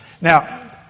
Now